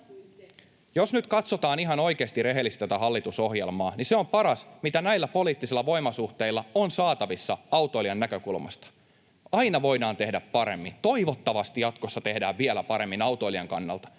Jos nyt katsotaan ihan oikeasti rehellisesti tätä hallitusohjelmaa, niin se on paras, mitä näillä poliittisilla voimasuhteilla on saatavissa autoilijan näkökulmasta. Aina voidaan tehdä paremmin, ja toivottavasti jatkossa tehdään vielä paremmin autoilijan kannalta,